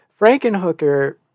Frankenhooker